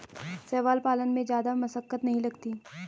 शैवाल पालन में जादा मशक्कत नहीं लगती